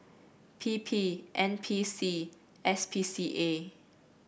P P N P C S P C A